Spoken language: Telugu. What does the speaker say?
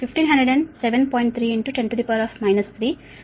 13 కరెంటు